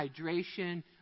hydration